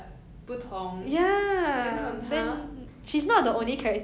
!huh! she's not the only charact~ !huh! !wah!